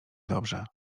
dobrze